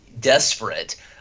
desperate